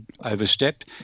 overstepped